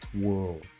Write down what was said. world